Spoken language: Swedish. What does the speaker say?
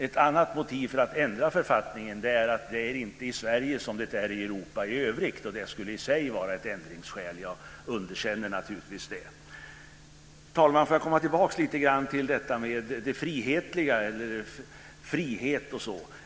Ett annat motiv för att ändra författningen är att det inte är i Sverige som det är i Europa i övrigt, och det skulle i sig vara ett ändringsskäl. Jag underkänner naturligtvis det. Herr talman! Låt mig komma tillbaka lite till friheten.